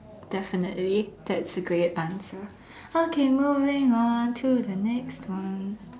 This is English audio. definitely that's a great answer okay moving on to the next one